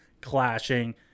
clashing